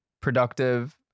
productive